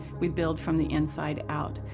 we build from the inside out.